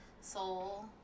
soul